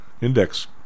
index